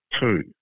Two